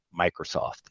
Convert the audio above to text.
Microsoft